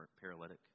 paralytic